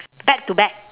back to back